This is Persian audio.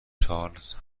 چارلز